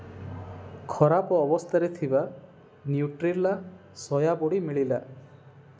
ଖରାପ ଅବସ୍ଥାରେ ଥିବା ନ୍ୟୁଟ୍ରେଲା ସୋୟାବଡ଼ି ମିଳିଲା